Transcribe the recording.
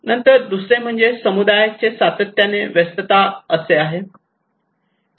नंतर दुसरे म्हणजेच समुदायाची सातत्याने व्यस्तता असे आहे